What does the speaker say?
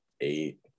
eight